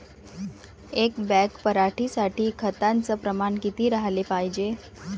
एक बॅग पराटी साठी खताचं प्रमान किती राहाले पायजे?